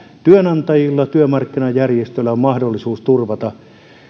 työnantajilla työmarkkinajärjestöillä on mahdollisuus turvata